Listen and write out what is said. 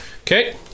Okay